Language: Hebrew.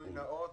גילוי נאות,